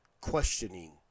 questioning